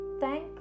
thank